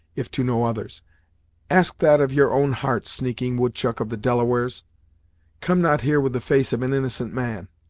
if to no others ask that of your own heart, sneaking woodchuck of the delawares come not here with the face of an innocent man.